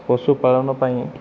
ପଶୁପାଳନ ପାଇଁ